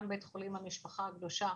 גם במשפחה הקדושה